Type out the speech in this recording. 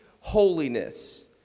holiness